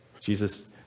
Jesus